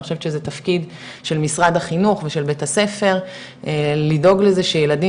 אני חושבת שזה תפקיד של משרד החינוך ושל בית הספר לדאוג לזה שילדים